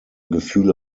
gefühle